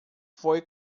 foi